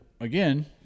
again